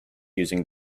using